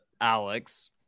Alex